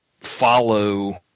follow –